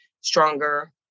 stronger